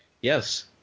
Yes